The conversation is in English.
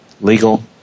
legal